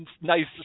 nice